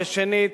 ושנית,